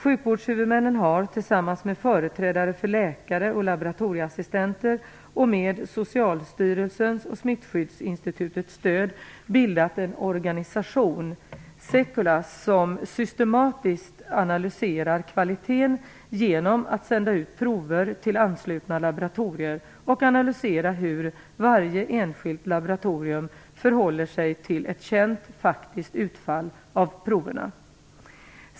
Sjukvårdshuvudmännen har tillsammans med företrädare för läkare och laboratorieassistenter och med Socialstyrelsens och Smittskyddsinstitutets stöd bildat en organisation - SEQLA - som systematiskt analyserar kvalitet genom att sända ut prover till anslutna laboratorier och analysera hur varje enskilt laboratorium förhåller sig till ett känt faktiskt utfall av proverna.